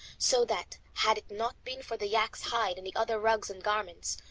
so that had it not been for the yak's hide and the other rugs and garments,